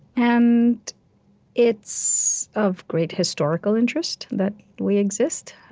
and it's of great historical interest that we exist.